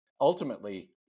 Ultimately